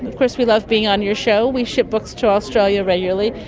of course we love being on your show. we ship books to australia regularly.